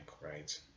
right